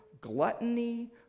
gluttony